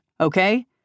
okay